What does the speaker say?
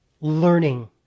Learning